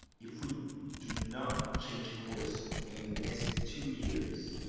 if we do not change course in the next two years,